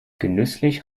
genüsslich